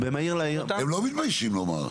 הם לא מתביישים לומר.